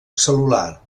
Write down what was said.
cel·lular